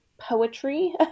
poetry